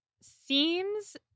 seems